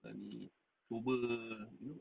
berani cuba you know